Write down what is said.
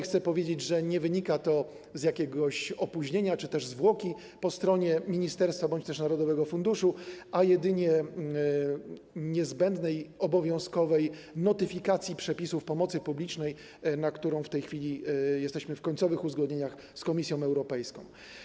Chcę powiedzieć, że to nie wynika z jakiegoś opóźnienia czy też zwłoki po stronie ministerstwa bądź też narodowego funduszu, a jedynie z niezbędnej i obowiązkowej notyfikacji przepisów o pomocy publicznej, w przypadku której w tej chwili jesteśmy w fazie końcowych uzgodnień z Komisją Europejską.